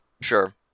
Sure